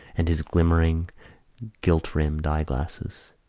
and his glimmering gilt-rimmed eyeglasses.